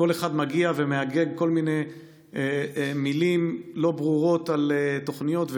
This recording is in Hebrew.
וכל אחד מגיע ומהגג כל מיני מילים לא ברורות על תוכניות,